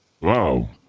Wow